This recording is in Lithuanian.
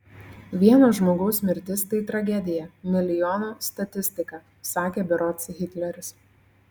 vieno žmogaus mirtis tai tragedija milijono statistika sakė berods hitleris